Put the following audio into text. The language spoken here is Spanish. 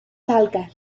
talca